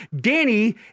Danny